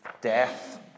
death